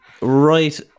right